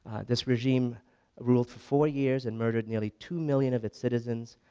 this regime ruled for four years and murdered nearly two million of it's citizens,